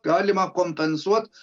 galima kompensuot